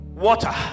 water